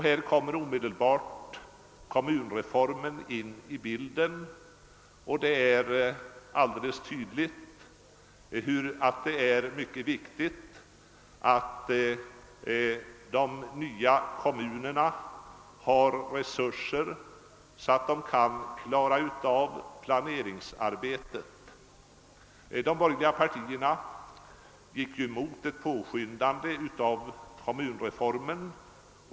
Här kommer omedelbart kommunreformen in i bilden, och det är alldeles tydligt att det är mycket viktigt att de nya kommunerna har resurser, så att de kan klara av planeringsarbetet. De borgerliga partierna gick ju emot ett påskyndande av kommunreformen.